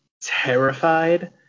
terrified